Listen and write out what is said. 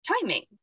timing